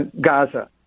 Gaza